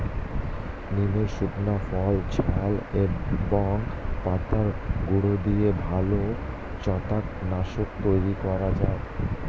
নিমের শুকনো ফল, ছাল এবং পাতার গুঁড়ো দিয়ে ভালো ছত্রাক নাশক তৈরি করা যায়